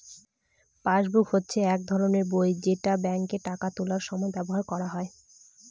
passbook হচ্ছে এক ধরনের বই যেটা ব্যাঙ্কে টাকা তোলার সময় ব্যবহার করা হয়